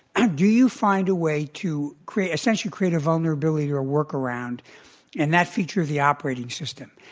ah do you find a way to create essentially create a vulnerability or a workaround in that feature of the operating system.